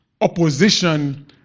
opposition